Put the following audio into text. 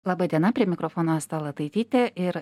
laba diena prie mikrofono asta lataitytė ir